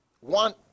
one